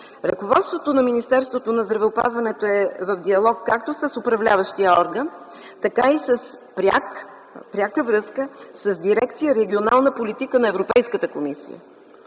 Ръководството на Министерството на здравеопазването е в диалог както с управляващия орган, така и в пряка връзка с Дирекция „Регионална политика” на Европейската комисия.